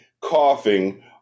coughing